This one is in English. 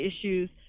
issues